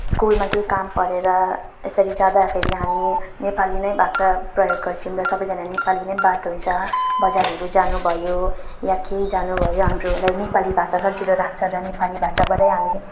स्कुलमा केही काम परेर यसरी जाँदाखेरि हामी नेपाली नै भाषा प्रयोग गर्छौँ र सबैजना नेपाली नै बात हुन्छ बजारहरू जानु भयो वा केही जानु भयो हाम्रोलाई नेपाली भाषा सजिलो लाग्छ र नेपाली भाषाबाटै हामी